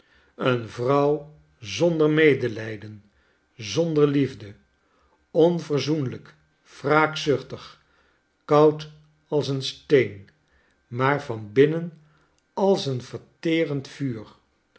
een vrouw zonder medelijden zonder liefde onverzoenlijk wraakzuchtig koud als een s'teen maar van binnen als een verterend vuur